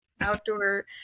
outdoor